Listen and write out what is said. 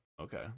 Okay